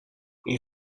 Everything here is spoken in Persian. این